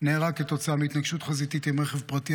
נהרג כתוצאה מהתנגשות חזיתית עם רכב פרטי